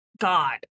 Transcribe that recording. god